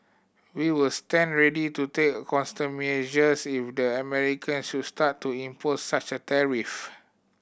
we were stand ready to take countermeasures if the Americans should start to impose such a tariff